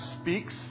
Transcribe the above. speaks